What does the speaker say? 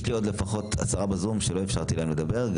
יש לי עוד לפחות עשרה בזום שלא אפשרתי להם לדבר,